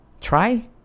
try